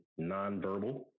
nonverbal